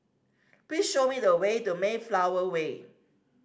please show me the way to Mayflower Way